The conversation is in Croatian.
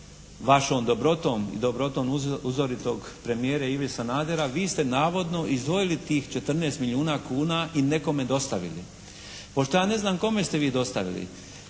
Vašom dobrotom i dobrotom uzoritog premijera Ive Sanadera vi ste navodno izdvojili tih 14 milijuna kuna i nekome dostavili. Pošto ja ne znam kome ste vi dostavili